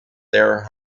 their